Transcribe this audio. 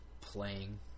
playing